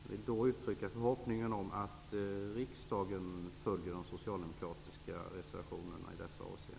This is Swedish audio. Jag vill uttrycka förhoppningen att riksdagen följer de socialdemokratiska reservationerna i dessa avseenden.